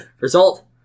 Result